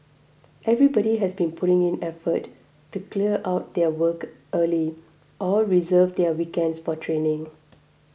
everybody has been putting in effort to clear out their work early or reserve their weekends for training